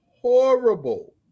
horrible